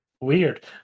weird